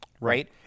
right